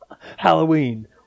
Halloween